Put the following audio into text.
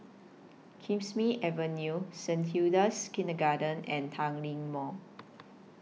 Kismis Avenue Saint Hilda's Kindergarten and Tanglin Mall